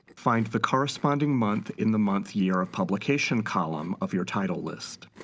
find the corresponding month in the month year of publication column of your title list.